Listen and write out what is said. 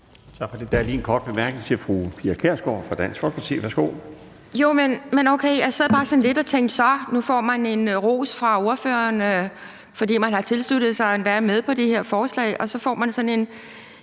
Der er lige en kort bemærkning til fru Pia Kjærsgaard fra Dansk Folkeparti. Værsgo. Kl. 18:02 Pia Kjærsgaard (DF): Jeg sad bare sådan lidt og tænkte: Så, nu får man ros fra ordføreren, fordi man har tilsluttet sig og er med på det her forslag, men så får man lidt en